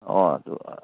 ꯑꯣ ꯑꯗꯨ